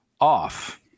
off